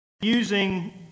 using